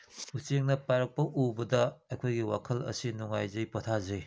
ꯎꯆꯦꯛꯅ ꯄꯥꯏꯔꯛꯄ ꯎꯕꯗ ꯑꯩꯈꯣꯏꯒꯤ ꯋꯥꯈꯜ ꯑꯁꯤ ꯅꯨꯡꯉꯥꯏꯖꯩ ꯄꯣꯊꯥꯖꯩ